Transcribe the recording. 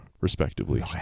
respectively